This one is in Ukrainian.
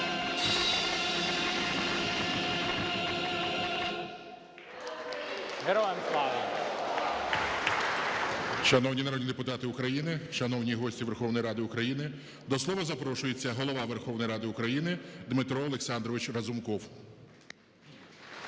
ГОЛОВУЮЧИЙ. Шановні народні депутати України, шановні гості Верховної Ради України до слова запрошується Голова Верховної Ради України Дмитро Олександрович Разумков.